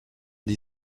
die